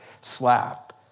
slap